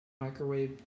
microwave